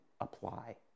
apply